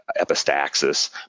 epistaxis